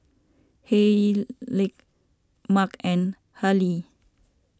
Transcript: Hayleigh Mark and Hallie